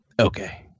Okay